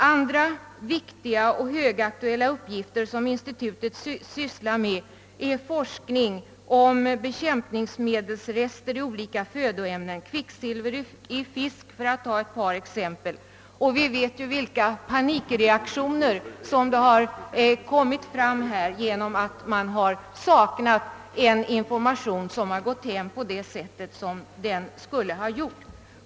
Andra viktiga och högaktuella uppgifter som institutet sysslar med är forskning och bekämpningsmedelsrester i olika födoämnen, t.ex. kvicksilver i fisk; Vi vet vilka panikreaktioner som har uppstått på grund av att det har saknats information som har gått hem på det sätt som den borde ha gjort.